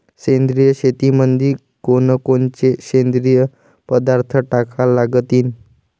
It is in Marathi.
सेंद्रिय शेतीमंदी कोनकोनचे सेंद्रिय पदार्थ टाका लागतीन?